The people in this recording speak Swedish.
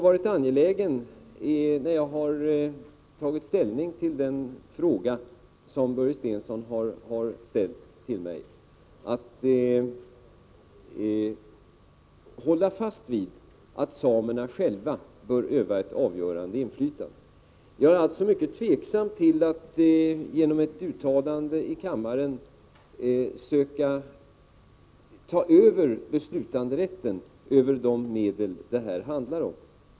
När jag har tagit ställning till den fråga som Börje Stensson har ställt till mig, har jag varit angelägen om att hålla fast vid att samerna själva bör öva ett avgörande inflytande. Jag är alltså mycket tveksam till att genom ett uttalande i kammaren söka ta över beslutanderätten över de medel som det här handlar om.